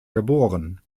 geboren